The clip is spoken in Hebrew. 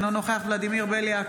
אינו נוכח ולדימיר בליאק,